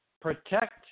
protect